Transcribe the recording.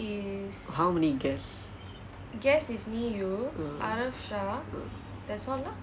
how many guests